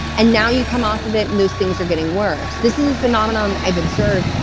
and now you come off of it, and those things are getting worse. this is a phenomenon i've observed.